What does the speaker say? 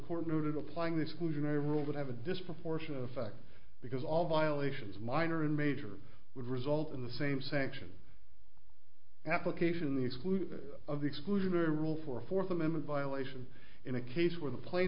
court noted applying this equation a rule that have a disproportionate effect because all violations minor and major would result in the same sanctions application excluded of the exclusionary rule for fourth amendment violation in a case where the plane